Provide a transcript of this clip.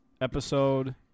episode